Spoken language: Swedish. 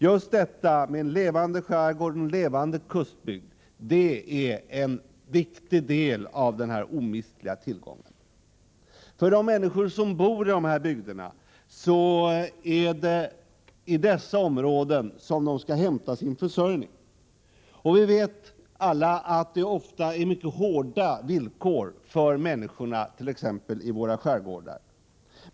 Just detta med en levande skärgård, en levande kustbygd, är en viktig del av denna omistliga tillgång. För de människor som bor i dessa bygder är det i dessa områden som de skall hämta sin försörjning. Vi vet alla att det ofta är mycket hårda villkor för människorna t.ex. i våra skärgårdar.